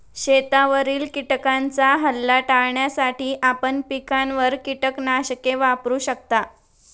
शेतावरील किटकांचा हल्ला टाळण्यासाठी आपण पिकांवर कीटकनाशके वापरू शकता